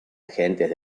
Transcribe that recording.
agentes